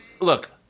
look-